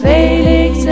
Felix